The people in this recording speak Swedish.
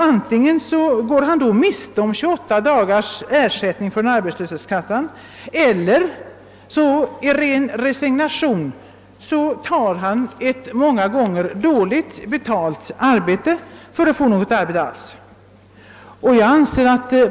Antingen går han då miste om 28 dagars ersättning från arbetslöshetskassan eller tar han i ren resignation ett många gånger dåligt betalt arbete för att få något arbete alls.